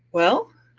well,